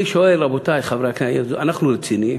אני שואל, רבותי, אנחנו רציניים?